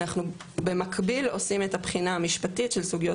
אנחנו במקביל עושים את הבחינה המשפטית של סוגיות